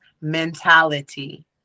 mentality